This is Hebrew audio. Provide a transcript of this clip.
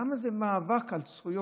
למה זה מאבק על זכויות?